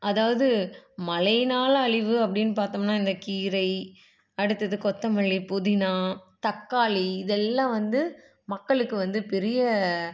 அதாவது மழைனால அழிவு அப்படின்னு பார்த்தம்னா இந்த கீரை அடுத்தது கொத்தமல்லி புதினா தக்காளி இதெல்லாம் வந்து மக்களுக்கு வந்து பெரிய